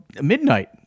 midnight